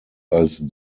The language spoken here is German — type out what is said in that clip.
als